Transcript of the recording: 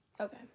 Okay